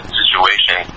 situation